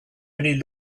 only